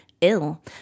Ill